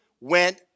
went